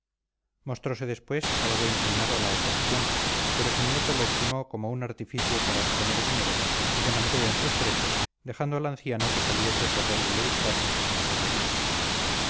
mostrose después algo inclinado a la oposición pero su nieto lo estimó como un artificio para obtener dinero y se mantuvo en sus trece dejando al anciano que saliese por donde le dictasen sus marrullerías